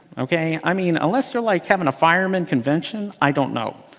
ok? i mean, unless you're like having a fireman convention, i don't know.